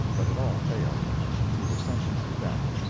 but it all failed he was sentenced to death.